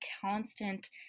constant